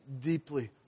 deeply